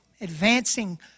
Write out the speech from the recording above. Advancing